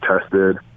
tested